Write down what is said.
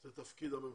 זה תפקיד הממשלה,